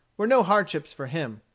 were no hardships for him.